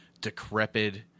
decrepit